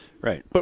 Right